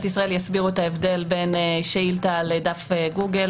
ישראל יסבירו את ההבדל בין שאילתה לדף גוגל.